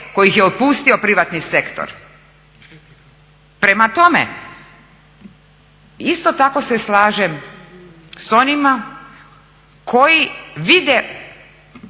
kojih je otpustio privatni sektor. Prema tome, isto tako se slažem s onima koji vide,